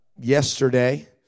yesterday